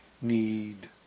need